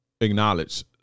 acknowledge